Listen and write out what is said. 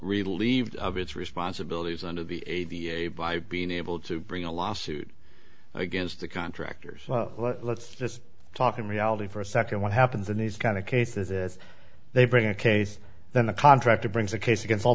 relieved of its responsibilities under the eighty eight by being able to bring a lawsuit against the contractors let's just talking reality for a second what happens in these kind of cases is they bring a case then the contractor brings the case against all